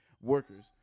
Workers